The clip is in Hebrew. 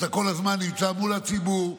אתה כל הזמן נמצא מול הציבור,